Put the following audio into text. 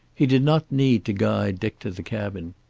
he did not need to guide dick to the cabin.